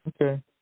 Okay